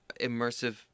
immersive